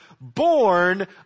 born